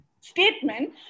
statement